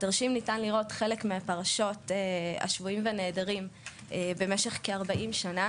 בתרשים ניתן לראות חלק מפרשות השבויים והנעדרים במשך כ-40 שנה.